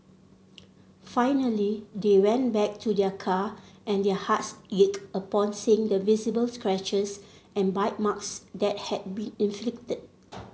finally they went back to their car and their hearts ached upon seeing the visible scratches and bite marks that had been inflicted